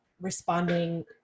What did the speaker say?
responding